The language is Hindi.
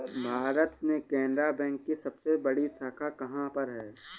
भारत में केनरा बैंक की सबसे बड़ी शाखा कहाँ पर है?